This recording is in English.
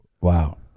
Wow